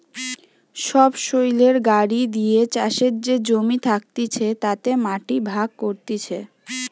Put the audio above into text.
সবসৈলের গাড়ি দিয়ে চাষের যে জমি থাকতিছে তাতে মাটি ভাগ করতিছে